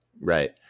Right